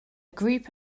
group